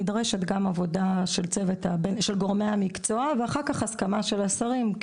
נדרשת גם עבודה של גורמי המקצוע ואחר כך נדרשת גם הסכמה של השרים.